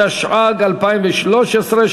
התשע"ג 2013,